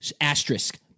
Asterisk